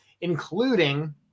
including